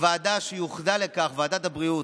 ועדה יוחדה לכך, ועדת הבריאות.